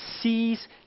sees